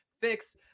fix